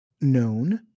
known